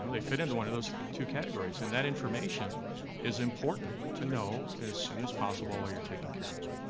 they fit in to one of those two categories. and that information is important to know as soon as possible while you're taking care of that